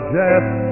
death